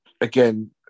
again